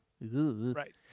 Right